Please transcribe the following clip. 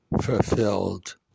fulfilled